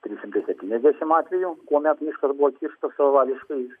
trys šimtai septyniasdešimt atvejų kuomet miškas buvo kirstas savavališkais